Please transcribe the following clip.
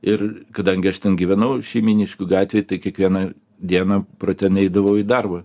ir kadangi aš ten gyvenau šeimyniškių gatvėj tai kiekvieną dieną pro ten eidavau į darbą